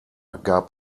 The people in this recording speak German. gab